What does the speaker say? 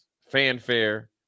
fanfare